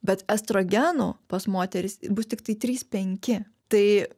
bet estrogenų pas moteris bus tiktai trys penki tai